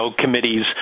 committees